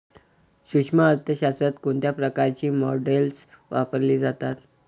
सूक्ष्म अर्थशास्त्रात कोणत्या प्रकारची मॉडेल्स वापरली जातात?